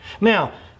Now